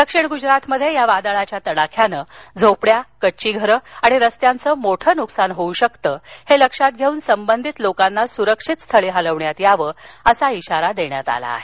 दक्षिण गुजरातमध्ये या वादळाच्या तडाख्यानं झोपड्या कच्ची घरं आणि रस्त्यांचं मोठं नुकसान होऊ शकतं हे लक्षात घेऊन संबंधित लोकांना सुरक्षित स्थळी हलवण्यात यावं असा असा इशारा देण्यात आला आहे